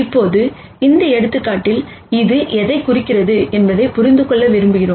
இப்போது இந்த எடுத்துக்காட்டில் இது எதை குறிக்கிறது என்பதை புரிந்து கொள்ள விரும்புகிறோம்